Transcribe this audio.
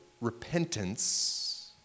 repentance